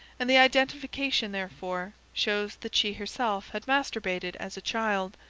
and the identification, therefore, shows that she herself had masturbated as a child,